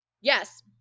Yes